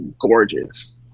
gorgeous